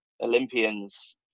Olympians